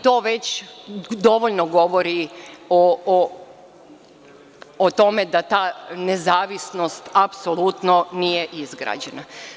To već dovoljno govori o tome da ta nezavisnost apsolutno nije izgrađena.